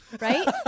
Right